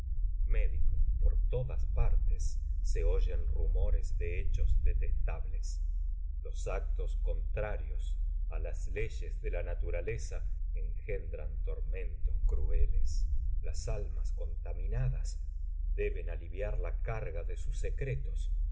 por todas partes se oyen rumores de hechos detestables los actos contrarios á las leyes de la naturaleza engendran tormentos crueles las almas contaminadas deben aliviar la carga de sus secretos